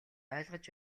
ойлгож